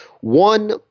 One